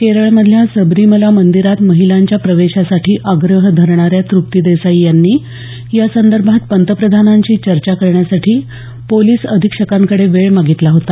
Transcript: केरळमधील सबरीमला मंदिरात महिलांच्या प्रवेशासाठी आग्रह धरणाऱ्या तृप्ती देसाई यांनी या संदर्भात पंतप्रधानांनी चर्चा करण्यासाठी पोलिस अधिक्षकांकडे वेळ मागितला होता